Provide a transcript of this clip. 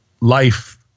life